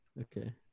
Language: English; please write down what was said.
Okay